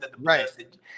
Right